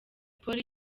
polly